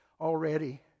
already